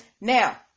Now